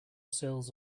sills